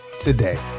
today